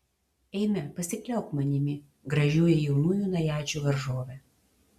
eime pasikliauk manimi gražioji jaunųjų najadžių varžove